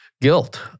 Guilt